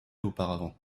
auparavant